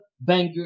banger